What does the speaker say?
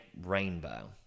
rainbow